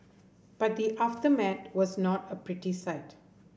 but the aftermath was not a pretty sight